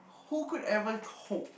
who could ever cope